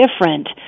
different